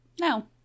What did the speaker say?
no